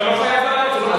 אתה לא חייב לענות,